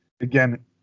again